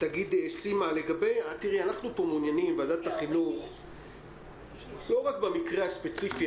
אנחנו בוועדת החינוך מעוניינים לא רק במקרה הספציפי